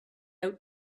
out